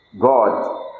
God